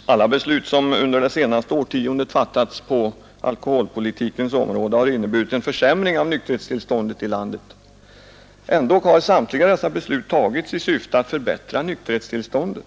Herr talman! Alla beslut som under det senaste årtiondet fattats på alkoholpolitikens område har inneburit en försämring av nykterhetstillståndet i landet. Ändock har samtliga dessa beslut tagits i syfte att förbättra nykterhetstillståndet.